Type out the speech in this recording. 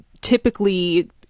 typically